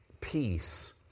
peace